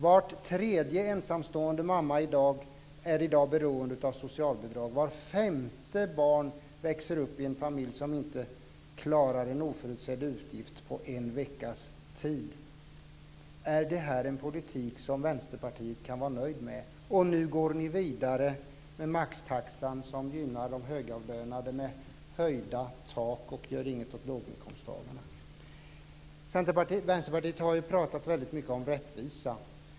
Var tredje ensamstående mamma är i dag beroende av socialbidrag. Var femte barn växer upp i en familj som inte klarar en oförutsedd utgift med en veckas varsel. Är det här en politik som Vänsterpartiet kan vara nöjt med? Nu går ni vidare med maxtaxan som gynnar de högavlönade med höjda takbelopp men som inte gör något för låginkomsttagarna. Centerpartiet och Vänsterpartiet har pratat mycket om rättvisa.